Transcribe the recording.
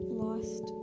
lost